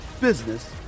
business